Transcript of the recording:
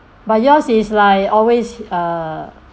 but yours is like always uh